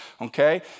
okay